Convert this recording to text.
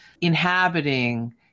Inhabiting